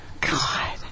God